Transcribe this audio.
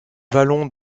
vallon